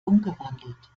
umgewandelt